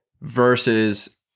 versus